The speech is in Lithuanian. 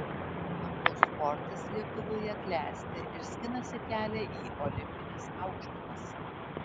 sambo sportas lietuvoje klesti ir skinasi kelią į olimpines aukštumas